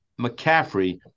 McCaffrey